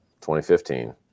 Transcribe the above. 2015